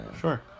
sure